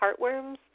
heartworms